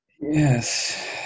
Yes